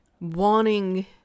wanting